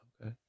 Okay